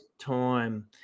time